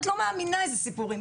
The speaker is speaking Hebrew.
את באמת לא מאמינה איזה סיפורים יש.